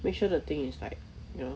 make sure the thing is like you know